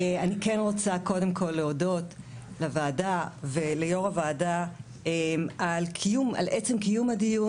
אני כן רוצה קודם כל להודות לוועדה וליו"ר הוועדה על עצם קיום הדיון